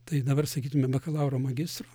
tai dabar sakytumėme bakalauro magistro